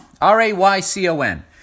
R-A-Y-C-O-N